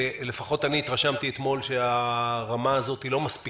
אני התרשמתי אתמול שהרמה הזו לא מספיקה.